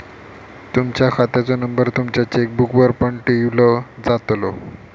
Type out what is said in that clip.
तुमच्या खात्याचो नंबर तुमच्या चेकबुकवर पण लिव्हलो जातलो